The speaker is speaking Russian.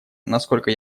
насколько